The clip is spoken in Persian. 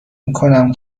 میکنم